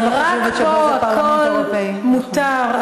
רק פה הכול מותר,